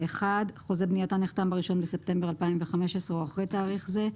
חוזה בנייתה נחתם ב-1 בספטמבר 2015 או אחרי תאריך זה.